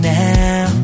now